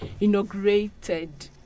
inaugurated